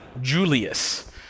Julius